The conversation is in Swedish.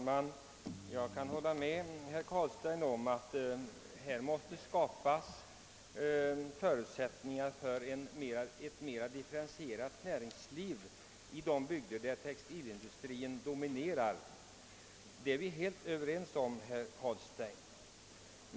Herr talman! Jag håller med herr Carlstein om att vi måste skapa förutsättningar för ett mera differentierat näringsliv i de bygder där textilindustrin dominerar. Vi är helt ense om det, herr Carlstein.